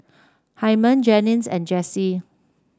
Hyman Jennings and Jessee